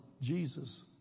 Jesus